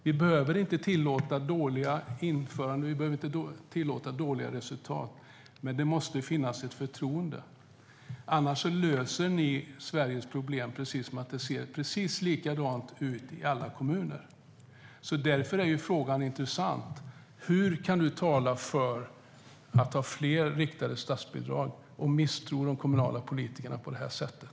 Vi behöver inte tillåta dåliga införanden. Vi behöver inte tillåta dåliga resultat. Men det måste finnas ett förtroende. Annars löser ni Sveriges problem som om det skulle se precis likadant ut i alla kommuner. Därför är frågan intressant: Hur kan du tala för fler riktade statsbidrag och misstro de kommunala politikerna på det här sättet?